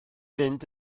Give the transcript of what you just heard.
fynd